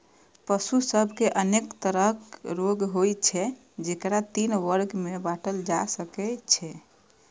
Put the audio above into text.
पशु सभ मे अनेक तरहक रोग होइ छै, जेकरा तीन वर्ग मे बांटल जा सकै छै